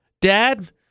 dad